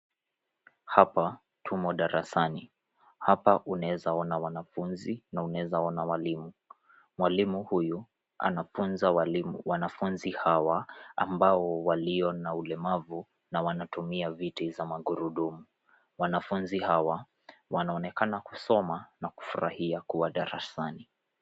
Hapa tumo darasani hapa unaweza ona wanafunzi na unaweza ona walimu. Mwalimu huyu anafunza wanafunzi hawa ambao walio na ulemavu na wanatumia viti za magurudumu. Wanafunzi hawa wanaonekana kusoma na kufurahia kuwa darasani.